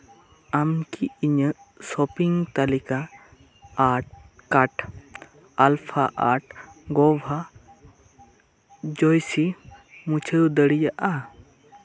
ᱟᱢ ᱠᱤ ᱤᱧᱟᱹᱜ ᱥᱚᱯᱤᱝ ᱛᱟᱹᱞᱤᱠᱟ ᱟᱨᱴ ᱠᱟᱨᱰ ᱟᱞᱯᱷᱟ ᱟᱴ ᱜᱚᱵᱷᱟ ᱡᱚᱭᱥᱤ ᱢᱩᱪᱷᱟᱹᱣ ᱫᱟᱲᱮᱭᱟᱜᱼᱟ